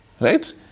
right